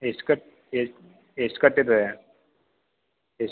ಎಷ್ಟು ಕಟ್ಟಿ ಎಷ್ಟು ಎಷ್ಟು ಕಟ್ಟಿದ್ರಿ ಎಷ್ಟು